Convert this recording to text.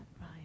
right